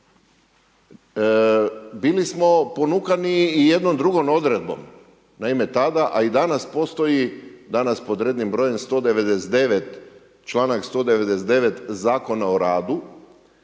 bili smo ponukani i jednom drugom odredbom. Naime, tada a i danas postoji, danas pod rednim brojem čl. 199. Zakona o radu,